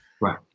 Right